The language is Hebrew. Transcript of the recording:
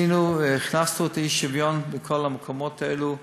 הכנסנו את צמצום האי-שוויון לתוך כל המקומות האלה,